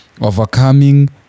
overcoming